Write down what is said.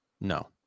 No